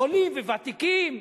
עולים וותיקים.